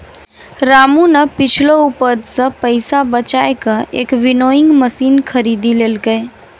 रामू नॅ पिछलो उपज सॅ पैसा बजाय कॅ एक विनोइंग मशीन खरीदी लेलकै